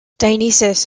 dionysius